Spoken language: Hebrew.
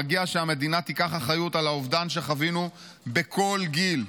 מגיע שהמדינה תיקח אחריות על האובדן שחווינו בכל גיל.